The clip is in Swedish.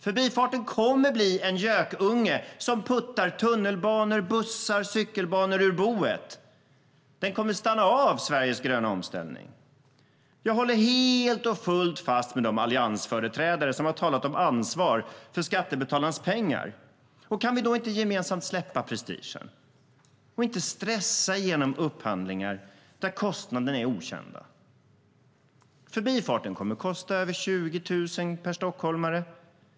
Förbifarten kommer att bli en gökunge som puttar tunnelbanor, bussar och cykelbanor ur boet. Den kommer att stanna av Sveriges gröna omställning. Jag håller helt och fullt med de alliansföreträdare som har talat om ansvar för skattebetalarnas pengar. Kan vi då inte gemensamt släppa prestigen och inte stressa igenom upphandlingar där kostnaderna är okända? Förbifarten kommer att kosta över 20 000 per stockholmare.